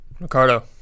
Ricardo